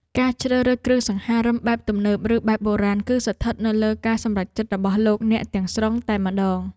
ការជ្រើសរើសគ្រឿងសង្ហារិមបែបទំនើបឬបែបបុរាណគឺស្ថិតនៅលើការសម្រេចចិត្តរបស់លោកអ្នកទាំងស្រុងតែម្ដង។